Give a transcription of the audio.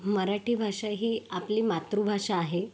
मराठी भाषा ही आपली मातृभाषा आहे